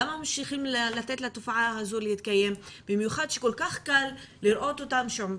למה ממשיכים לתת לתופעה הזו להתקיים במיוחד שכל כך קל לראות אותם שם?